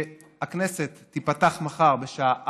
שהכנסת תיפתח מחר בשעה 16:00,